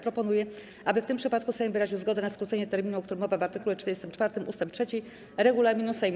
Proponuję, aby w tym przypadku Sejm wyraził zgodę na skrócenie terminu, o którym mowa w art. 44 ust. 3 regulaminu Sejmu.